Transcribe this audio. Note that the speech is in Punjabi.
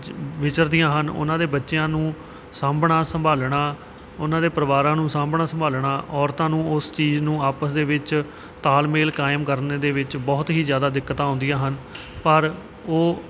ਵਿਚਰਦੀਆਂ ਹਨ ਉਹਨਾਂ ਦੇ ਬੱਚਿਆਂ ਨੂੰ ਸਾਂਭਣਾ ਸੰਭਾਲਣਾ ਉਹਨਾਂ ਦੇ ਪਰਿਵਾਰਾਂ ਨੂੰ ਸਾਂਭਣਾ ਸੰਭਾਲਣਾ ਔਰਤਾਂ ਨੂੰ ਉਸ ਚੀਜ਼ ਨੂੰ ਆਪਸ ਦੇ ਵਿੱਚ ਤਾਲਮੇਲ ਕਾਇਮ ਕਰਨ ਦੇ ਵਿੱਚ ਬਹੁਤ ਹੀ ਜ਼ਿਆਦਾ ਦਿੱਕਤਾਂ ਆਉਂਦੀਆਂ ਹਨ ਪਰ ਉਹ